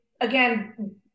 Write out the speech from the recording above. again